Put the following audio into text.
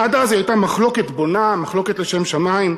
עד אז היא הייתה מחלוקת בונה, מחלוקת לשם שמים,